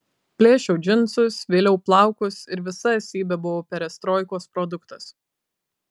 plėšiau džinsus vėliau plaukus ir visa esybe buvau perestroikos produktas